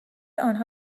آنها